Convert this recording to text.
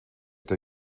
der